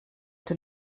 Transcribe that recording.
den